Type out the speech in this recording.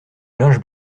linge